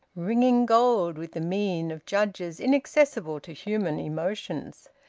ringing gold with the mien of judges inaccessible to human emotions.